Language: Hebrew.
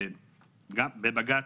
בבג"ץ,